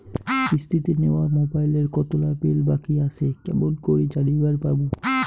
কিস্তিতে নেওয়া মোবাইলের কতোলা বিল বাকি আসে কেমন করি জানিবার পামু?